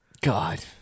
God